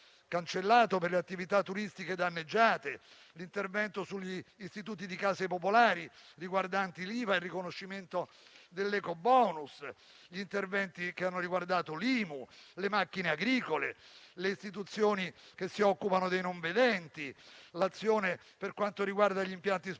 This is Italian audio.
per le attività turistiche danneggiate, l'intervento sugli istituti di case popolari, riguardanti l'IVA e il riconoscimento dell'ecobonus, gli interventi che hanno riguardato l'IMU, le macchine agricole le istituzioni che si occupano dei non vedenti, l'azione per quanto riguarda gli impianti sportivi